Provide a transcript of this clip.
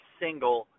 single